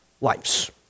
lives